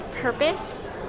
purpose